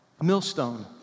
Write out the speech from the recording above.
millstone